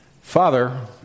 Father